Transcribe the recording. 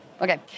Okay